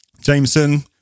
Jameson